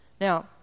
Now